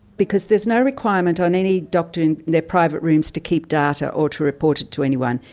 because there's no requirement on any doctor in their private rooms to keep data or to report it to anyone.